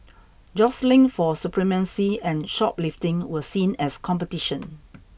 jostling for supremacy and shoplifting were seen as competition